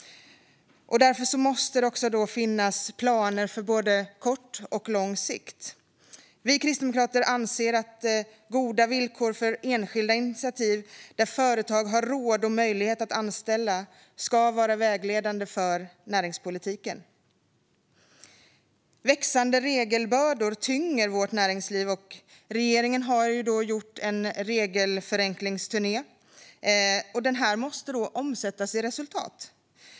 Det måste finnas planer för både kort och lång sikt. Vi kristdemokrater anser att goda villkor för enskilda initiativ där företag har råd och möjlighet att anställa ska vara vägledande för näringspolitiken. Växande regelbördor tynger vårt näringsliv. Regeringens regelförenklingsturné måste ge resultat.